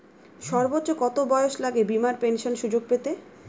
সর্বোচ্চ কত বয়স লাগে বীমার পেনশন সুযোগ পেতে?